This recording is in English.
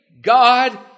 God